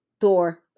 door